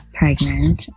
pregnant